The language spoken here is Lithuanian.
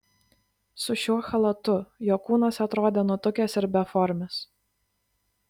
su šiuo chalatu jo kūnas atrodė nutukęs ir beformis